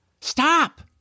Stop